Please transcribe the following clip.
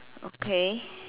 okay